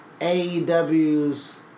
AEW's